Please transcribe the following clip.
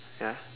ya